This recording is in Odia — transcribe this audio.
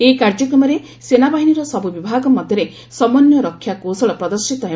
ଏହି କାର୍ଯ୍ୟକ୍ରମରେ ସେନାବାହିନୀର ସବୁ ବିଭାଗ ମଧ୍ୟରେ ସମନ୍ଧୟ ରକ୍ଷା କୌଶଳ ପ୍ରଦର୍ଶିତ ହେବ